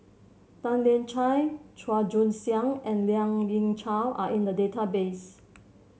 Tan Lian Chye Chua Joon Siang and Lien Ying Chow are in the database